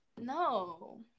No